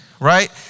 right